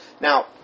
Now